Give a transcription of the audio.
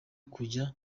kujya